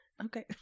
Okay